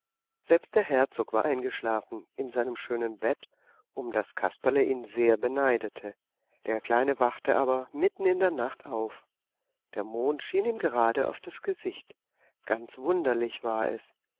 selbst der herzog war eingeschlafen in seinem schönen bett um das kasperle ihn sehr beneidete der kleine wachte aber mitten in der nacht auf der mond schien ihm gerade auf das gesicht ganz wunderlich war es